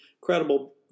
credible